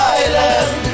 island